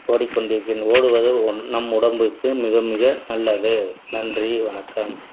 ஓடிக்கொண்டிருக்கிறேன் ஓடுவது ஒன் நம் உடம்புக்கு மிக மிக நல்லது நன்றி வணக்கம்